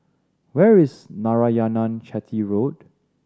where is Narayanan Chetty Road